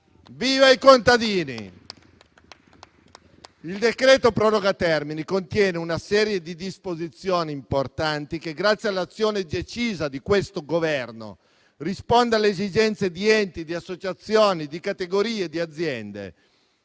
Viva i contadini! Il decreto proroga termini contiene una serie di disposizioni importanti che, grazie all'azione decisa di questo Governo, rispondono alle esigenze di enti, associazioni e categorie di aziende.